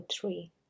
three